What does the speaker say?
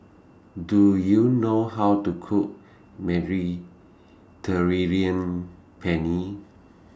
Do YOU know How to Cook Mediterranean Penne